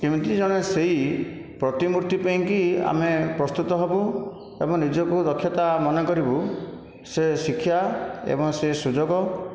କେମତି ଜଣେ ସେହି ପ୍ରତିମୂର୍ତ୍ତି ପାଇଁକି ଆମେ ପ୍ରସ୍ତୁତ ହେବୁ ଏବଂ ନିଜକୁ ଦକ୍ଷତା ମନେ କରିବୁ ସେ ଶିକ୍ଷା ଏବଂ ସେ ସୁଯୋଗ